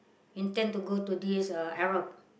intend to go to this uh Arab